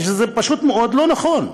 וזה פשוט מאוד לא נכון.